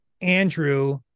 Andrew